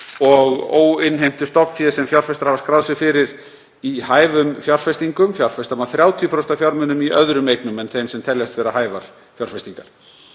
og óinnheimtu stofnfé sem fjárfestar hafa skráð sig fyrir, í hæfum fjárfestingum. Fjárfesta má 30% af fjármununum í öðrum eignum en þeim sem teljast vera hæfar fjárfestingar.